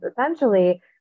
essentially